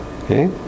okay